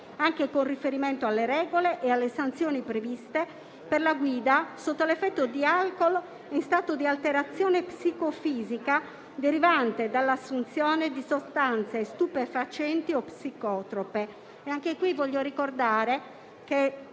anche con riferimento alle regole e alle sanzioni previste per la guida sotto l'effetto di alcol e in stato di alterazione psicofisica, derivante dall'assunzione di sostanze stupefacenti o psicotrope. Anche in questo caso voglio ricordare che